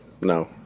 No